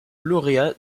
lauréat